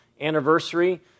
Anniversary